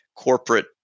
corporate